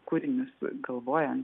kūrinius galvojat